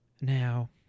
now